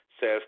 says